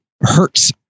hurts